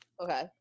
Okay